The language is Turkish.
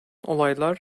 olaylar